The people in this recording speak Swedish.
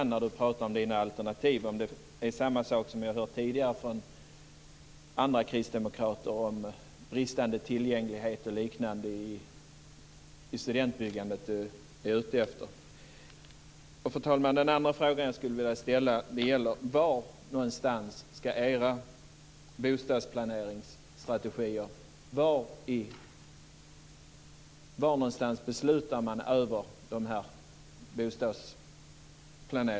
Men är det fråga om samma sak som vi har kunnat höra om tidigare från andra kristdemokrater - det gäller då bristande tillgänglighet och liknande i studentbyggandet? Det är min första fråga. Fru talman! Den andra fråga som jag skulle vilja ställa gäller var någonstans era bostadsplaneringsstrategier ska beslutas.